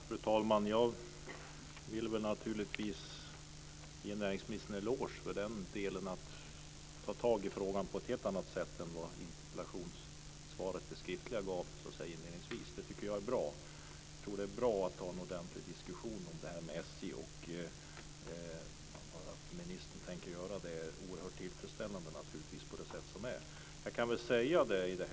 Fru talman! Jag vill naturligtvis ge näringsministern en eloge för att han ska ta tag i frågan på ett helt annat sätt än vad interpellationssvaret inledningsvis visade. Det är bra att ha en ordentlig diskussion med SJ. Det är oerhört tillfredsställande att ministern ska göra det.